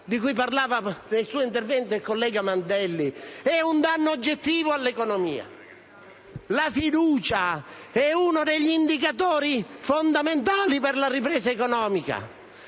di cui ha parlato nel suo intervento il collega Mandelli è un danno oggettivo all'economia. La fiducia è uno degli indicatori fondamentali per la ripresa economica.